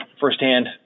firsthand